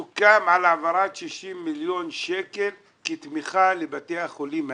סוכם על העברת 60 מיליון שקלים כתמיכה בבתי החולים האלה.